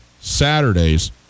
Saturdays